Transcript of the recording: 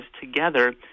together